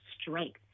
strength